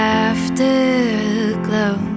afterglow